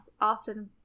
often